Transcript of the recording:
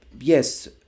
yes